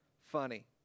funny